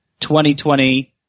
2020